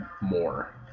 more